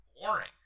boring